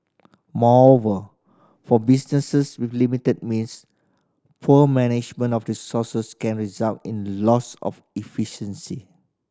moreover for businesses with limited means poor management of resources can result in loss of efficiency